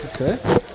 Okay